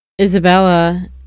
Isabella